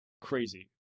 crazy